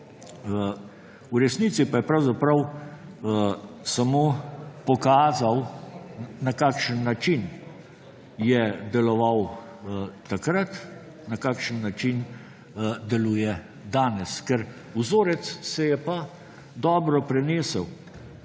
V resnici pa je pravzaprav samo pokazal, na kakšen način je deloval takrat, na kakšen način deluje danes. Ker vzorec se je pa dobro prenesel.